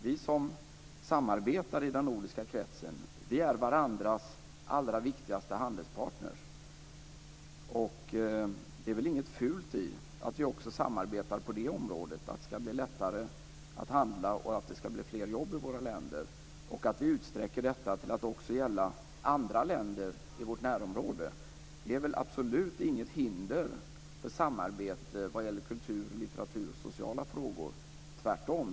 Vi som samarbetar i den nordiska kretsen är varandras allra viktigaste handelspartner. Det ligger väl inget fult i att vi också samarbetar på det området, för att det skall bli lättare att handla och att det skall bli fler jobb i våra länder och att vi utsträcker detta till att också gälla andra länder i vårt närområde. Det är väl absolut inget hinder för samarbete vad gäller kultur, litteratur och sociala frågor.